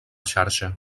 xarxa